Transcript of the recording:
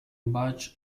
badge